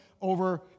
over